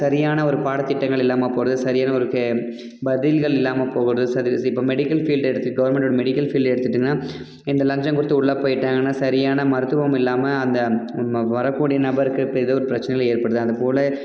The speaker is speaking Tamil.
சரியான ஒரு பாடத் திட்டங்கள் இல்லாமல் போகிறது சரியான ஒரு ஃபெ பதில்கள் இல்லாமல் போகிறது சரி இப்போ மெடிக்கல் ஃபீல்டு எடுத்து கவுர்மெண்டோடய மெடிக்கல் ஃபீல்டு எடுத்துட்டிங்கன்னா இந்த லஞ்சம் கொடுத்து உள்ளே போயிட்டாங்கன்னா சரியான மருத்துவம் இல்லாமல் அந்த வரக் கூடிய நபர்க்கு இப்போ ஏதோ ஒரு பிரச்சினைகள் ஏற்படுது அது போல